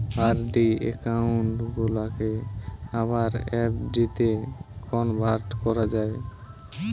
RD account গুলাকে আবার এফ.ডিতে কনভার্ট করা যায়